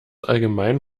allgemein